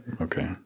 Okay